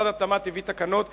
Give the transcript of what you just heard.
משרד התמ"ת הביא תקנות,